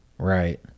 Right